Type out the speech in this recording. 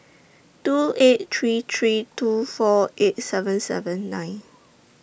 two eight three three two four eight seven seven nine